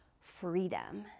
freedom